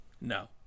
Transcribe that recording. no